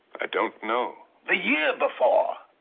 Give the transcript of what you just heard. i don't know! the year before!